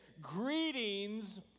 Greetings